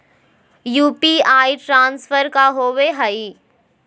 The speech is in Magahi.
यू.पी.आई ट्रांसफर का होव हई?